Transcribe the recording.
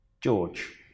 george